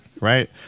Right